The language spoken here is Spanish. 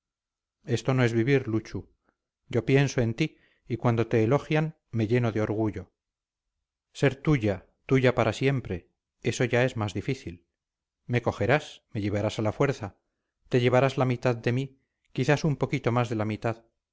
esto no es vivir luchu yo pienso en ti y cuando te elogian me lleno de orgullo ser tuya tuya para siempre eso ya es más difícil me cogerás me llevarás a la fuerza te llevarás la mitad de mí quizás un poquito más de la mitad